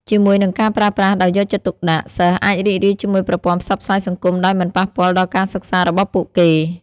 ជាមួយនឹងការប្រើប្រាស់ដោយយកចិត្តទុកដាក់ សិស្សអាចរីករាយជាមួយប្រព័ន្ធផ្សព្វផ្សាយសង្គមដោយមិនប៉ះពាល់ដល់ការសិក្សារបស់ពួកគេ។